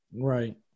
Right